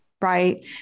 right